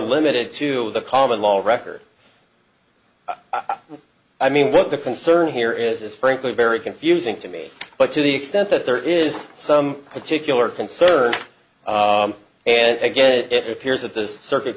limited to the common law wrecker i mean what the concern here is is frankly very confusing to me but to the extent that there is some particular concern and again it appears that the circuit